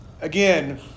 again